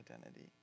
identity